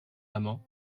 amant